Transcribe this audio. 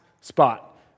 spot